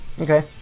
Okay